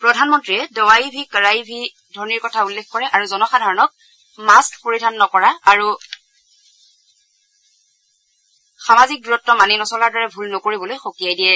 প্ৰধানমন্নীয়ে দৰাই ভি কড়াই ভিৰ ধবনি কথা উল্লেখ কৰে আৰু জনসাধাৰণক মাক্স পৰিধান নকৰা আৰু সামাজিক দূৰত্ব মানি নচলাৰ দৰে ভুল নকৰিবলৈ সকিয়াই দিয়ে